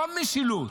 זו משילות,